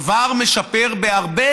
כבר משפר בהרבה